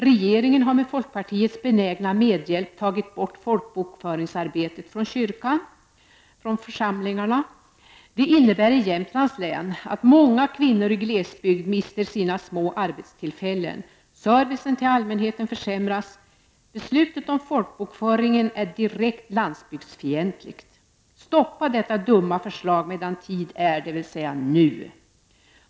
Regeringen har med folkpartiets benägna medhjälp tagit bort folkbokföringsarbetet från kyrkan och församlingarna. Det innebär i Jämtlands läns att många kvinnor i glesbygd mister sina små arbetstillfällen. Servicen till allmänheten försämras. Beslutet om folkbokföringen är direkt landsbygdsfientligt. Stoppa detta dumma förslag medan tid är dvs. nu!